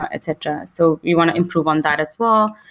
ah etc. so we want to improve on that as well.